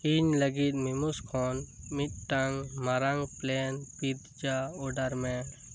ᱤᱧ ᱞᱟᱹᱜᱤᱫ ᱢᱮᱢᱳᱥ ᱠᱷᱚᱱ ᱢᱤᱫᱴᱟᱝ ᱢᱟᱨᱟᱝ ᱯᱞᱮᱱ ᱯᱤᱛᱡᱟ ᱚᱰᱟᱨ ᱢᱮ